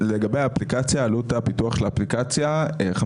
למה שעלות הבדיקה הזאת